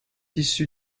issue